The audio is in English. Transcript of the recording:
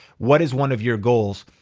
what is one of your goals?